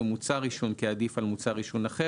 "מוצר עישון" "כעדיף על מוצר עישון אחר".